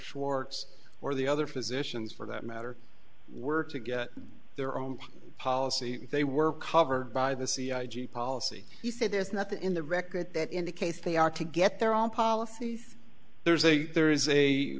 schwartz or the other physicians for that matter were to get their own policy they were covered by the c i g policy he said there's nothing in the record that indicates they are to get their own policy there's a there is a